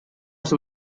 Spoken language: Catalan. ser